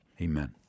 Amen